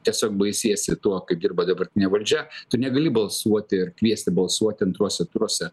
tiesiog baisiesi tuo kaip dirba dabartinė valdžia tu negali balsuoti ir kviesti balsuoti antruose turuose